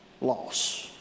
loss